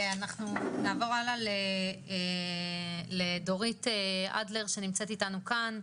אנחנו נעבור הלאה לדורית אדלר שנמצאת איתנו כאן,